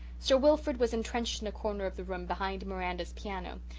sir wilfrid was entrenched in a corner of the room behind miranda's piano.